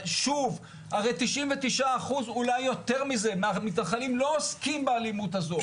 הרי 99% מהמתנחלים לא עוסקים באלימות הזאת,